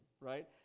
right